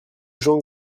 jean